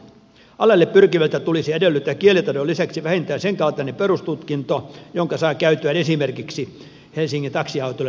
alalle pyrkiviltä tulisi edellyttää kielitaidon lisäksi vähintään sen kaltainen perustutkinto jonka saa käytyään esimerkiksi helsingin taksiautoilijat ryn taksikurssin